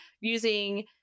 using